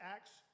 Acts